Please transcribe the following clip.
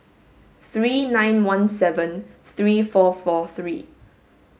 three nine one seven three four four three